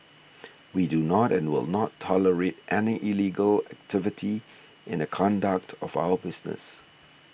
we do not and will not tolerate any illegal activity in the conduct of our business